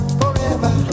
forever